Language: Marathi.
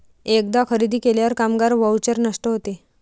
एकदा खरेदी केल्यावर कामगार व्हाउचर नष्ट होते